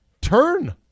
turn